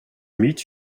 meet